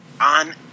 on